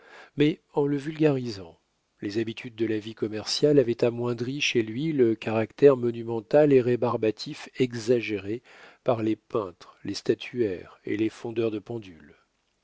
mais en le vulgarisant les habitudes de la vie commerciale avaient amoindri chez lui le caractère monumental et rébarbatif exagéré par les peintres les statuaires et les fondeurs de pendules